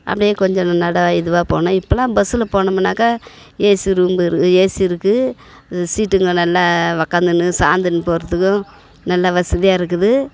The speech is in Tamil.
அப்படியே கொஞ்சம் நடை இதுவாக போனால் இப்போலாம் பஸ்ஸில் போனோம்னாக்கா ஏசி ரூம்மு இருக்கு ஏசி இருக்குது சீட்டுங்க நல்லா உக்காந்துன்னு சாய்ந்துன்னு போகிறதுக்கும் நல்லா வசதியாக இருக்குது